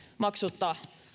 maksutta